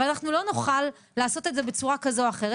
אבל אנחנו לא נוכל לעשות את זה בצורה כזו או אחרת.